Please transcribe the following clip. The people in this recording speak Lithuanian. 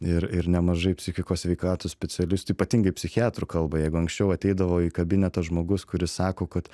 ir ir nemažai psichikos sveikatos specialistų ypatingai psichiatrų kalba jeigu anksčiau ateidavo į kabinetą žmogus kuris sako kad